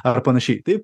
ar panašiai taip